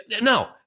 no